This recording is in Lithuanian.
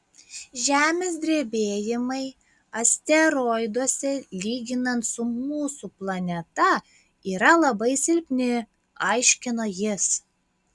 žemės drebėjimai asteroiduose lyginant su mūsų planeta yra labai silpni aiškino jis